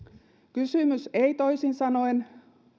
kysymys ei toisin sanoen